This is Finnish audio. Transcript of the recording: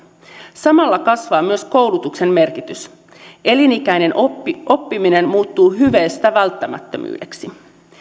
samalla kasvaa myös koulutuksen merkitys elinikäinen oppiminen oppiminen muuttuu hyveestä välttämättömyydeksi